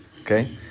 Okay